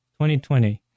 2020